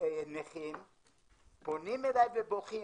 נכים פונים אליי ובוכים,